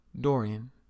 Dorian